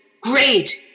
Great